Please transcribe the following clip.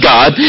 God